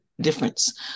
difference